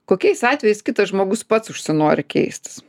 kokiais atvejais kitas žmogus pats užsinori keistis